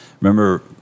Remember